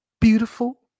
beautiful